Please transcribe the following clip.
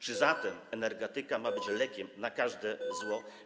Czy zatem energetyka ma być lekiem na każde zło?